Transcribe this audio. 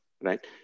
Right